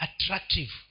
attractive